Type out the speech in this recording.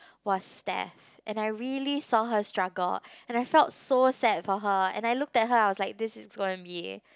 was there and I really saw her struggle and I felt so sad for her and I look at her I was like this is gonna be